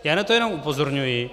Já na to jenom upozorňuji.